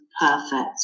perfect